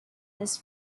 this